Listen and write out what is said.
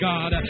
God